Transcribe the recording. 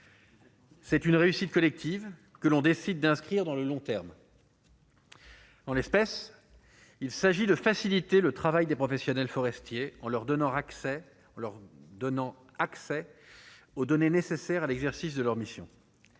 C'est une réussite collective que l'on décide d'inscrire dans le long terme. En l'espèce, il s'agit de faciliter le travail des professionnels forestier en leur donnant accès, en leur donnant accès aux données nécessaires à l'exercice de leur mission